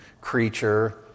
creature